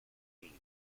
team